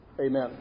Amen